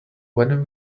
when